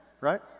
right